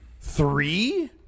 Three